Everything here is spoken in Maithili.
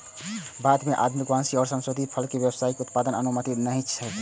भारत मे आनुवांशिक रूप सं संशोधित फसल के व्यावसायिक उत्पादनक अनुमति नहि छैक